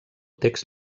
text